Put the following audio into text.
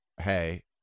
hey